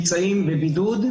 שבוע טוב נכבדי היושב-ראש,